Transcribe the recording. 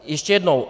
Ještě jednou.